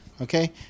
Okay